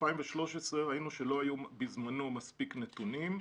ב-2013 ראינו שלא היו מספיק נתונים.